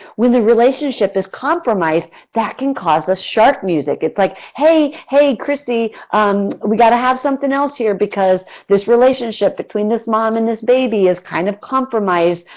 when the relationship is compromised that can cause us shark music, it's like, hey, hey, kristie um we have to have something else here because this relationship between this mom and this baby is kind of compromised.